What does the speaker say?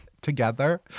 together